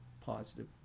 positive